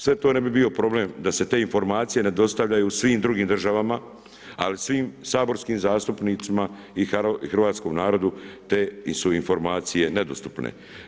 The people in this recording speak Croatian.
Sve to ne bi bio problem da se te informacije ne dostavljaju svim drugim državama, ali svim saborskim zastupnicima i hrvatskom narodu te su informacije nedostupne.